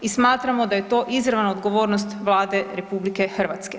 I smatramo da je to izravna odgovornost Vlade RH.